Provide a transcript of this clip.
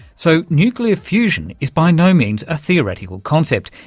so nuclear fusion is by no means a theoretical concept,